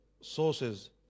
sources